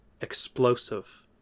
explosive